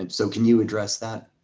and so can you address that?